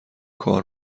کار